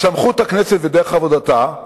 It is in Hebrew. סמכות הכנסת ודרך עבודתה,